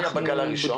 מה היה בגל הראשון?